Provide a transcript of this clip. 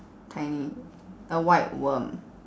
tiny a white worm